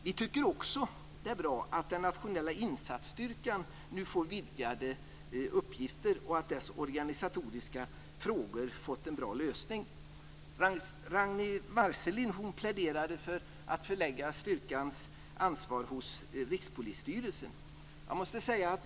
Vi tycker att det är bra att den nationella insatsstyrkan nu får vidgade uppgifter, och vi tycker att dess organisatoriska frågor har fått en bra lösning. Ragnwi Marcelind pläderade för att man skulle förlägga styrkans ansvar hos Rikspolisstyrelsen.